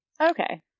Okay